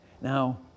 Now